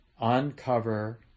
uncover